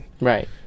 Right